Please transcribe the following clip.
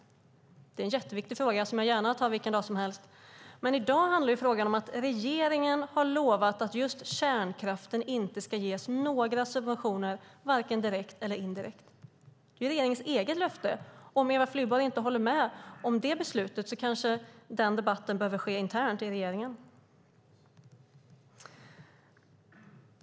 Det är en jätteviktig fråga som jag gärna diskuterar vilken dag som helst. Men i dag handlar frågan om att regeringen har lovat att just kärnkraften inte ska ges några subventioner vare sig direkt eller indirekt. Det är regeringens eget löfte. Om Eva Flyborg inte instämmer i det beslutet kanske den debatten behöver ske internt i regeringen.